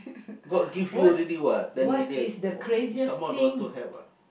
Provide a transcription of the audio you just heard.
god give you already what ten million some more don't want to help ah